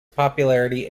popularity